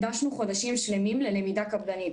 הקדשנו חודשים שלמים ללמידה קפדנית,